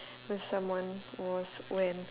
with someone was when